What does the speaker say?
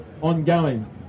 ongoing